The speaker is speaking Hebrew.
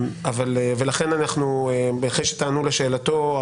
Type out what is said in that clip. אחרי שתענו לשאלתו,